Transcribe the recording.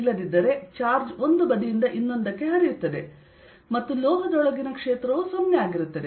ಇಲ್ಲದಿದ್ದರೆ ಚಾರ್ಜ್ ಒಂದು ಬದಿಯಿಂದ ಇನ್ನೊಂದಕ್ಕೆ ಹರಿಯುತ್ತದೆ ಮತ್ತು ಲೋಹದೊಳಗಿನ ಕ್ಷೇತ್ರವು 0 ಆಗಿರುತ್ತದೆ